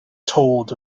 told